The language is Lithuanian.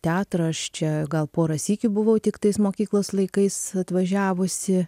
teatrą aš čia gal porą sykių buvau tik tais mokyklos laikais atvažiavusi